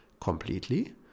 Completely